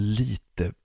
lite